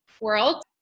world